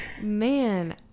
Man